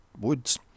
woods